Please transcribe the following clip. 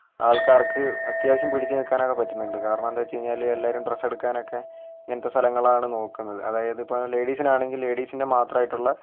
ആൾക്കാർക്ക് അത്യാവശ്യം പിടിച്ചുനില്ക്കാനൊക്കെ പറ്റുന്നൊണ്ട് കാരണമെന്താന്നു വെച്ചു കഴിഞ്ഞാല് എല്ലാവരും ഡ്രസ്സെടുക്കാനൊക്കെ ഇങ്ങനത്തെ സ്ഥലങ്ങളാണ് നോക്കുന്നത് അതായത് ഇപ്പൊൾ ലേഡീസിനാണെങ്കില് ലേഡീസിൻ്റെ മാത്രായിട്ടുള്ള